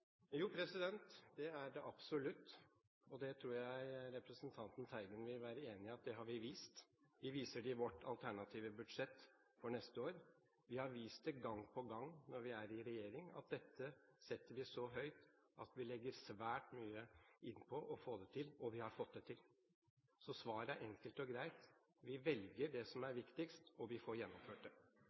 Jo, det er det absolutt, og det tror jeg representanten Teigen vil være enig i at vi har vist. Vi viser det i vårt alternative budsjett for neste år. Vi har vist det gang på gang når vi er i regjering, at dette setter vi så høyt at vi legger svært mye inn på å få det til. Og vi har fått det til. Så svaret er enkelt og greit: Vi velger det som er viktigst, og vi får gjennomført det.